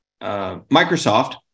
Microsoft